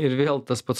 ir vėl tas pats